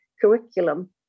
curriculum